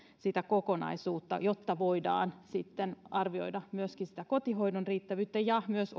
sitä kokonaisuutta jotta voidaan sitten arvioida myöskin sitä kotihoidon riittävyyttä ja myös